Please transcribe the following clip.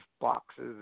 boxes